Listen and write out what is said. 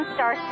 Star